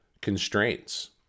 constraints